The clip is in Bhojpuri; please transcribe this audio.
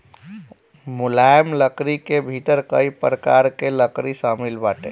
मुलायम लकड़ी के भीतर कई प्रकार कअ लकड़ी शामिल बाटे